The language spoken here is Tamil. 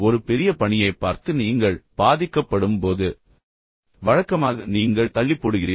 ஒரு பெரிய பணியைப் பார்த்து நீங்கள் பாதிக்கப்படும் போது வழக்கமாக நீங்கள் தள்ளிப்போடுகிறீர்கள்